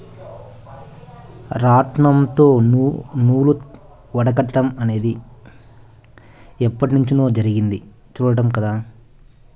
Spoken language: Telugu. రాట్నంతో నూలు వడకటం అనేది ఎప్పట్నుంచో జరిగేది చుస్తాండం కదా